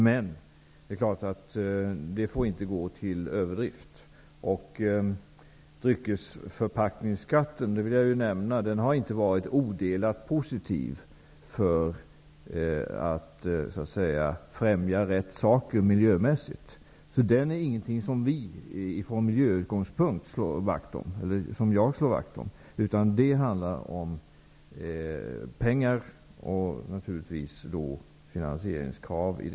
Men det får inte gå till överdrift. Dryckesförpackningsskatten har inte varit odelat positiv för att främja rätt effekter rent miljömässigt. Därför är inte denna skatt någonting som jag från miljösynpunkt vill slå vakt om, utan det handlar om pengar och finansieringskrav.